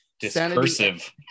discursive